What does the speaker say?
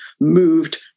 moved